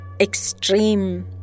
extreme